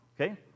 okay